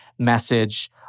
message